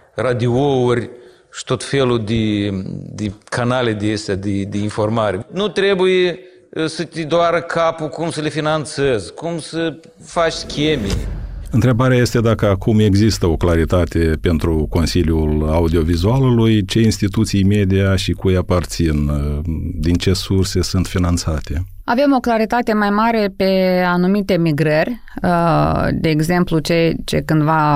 radiouri și tot felul de- de canale de astea de- de informare. Nu trebuie, eh, să te doară capul cum să le finanțezi, cum să faci scheme. Întrebarea este dacă acum există o claritate pentru Consiliul Audiovizualului, ce instituții media și cui aparțin, eh, din ce surse sunt finanțate. Avem o claritate mai mare pe anumite migrări, eh, de exemplu, ce- ce cândva